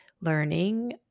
learning